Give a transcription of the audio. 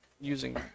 using